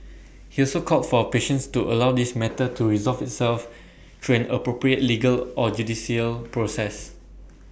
he also called for patience to allow this matter to resolve itself through an appropriate legal or judicial process